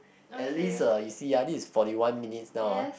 at least uh you see ah this is forty one minutes now ah